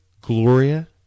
Gloria